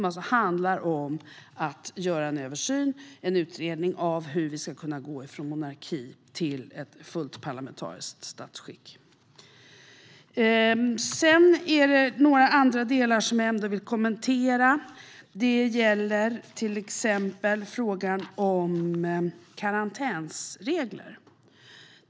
Den handlar om att göra en översyn av och en utredning om hur vi ska kunna gå från monarki till ett fullt parlamentariskt statsskick. Det är några andra delar jag vill kommentera. Det är till exempel frågan om karantänsregler.